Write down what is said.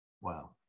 Wow